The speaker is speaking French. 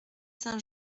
saint